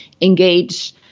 engage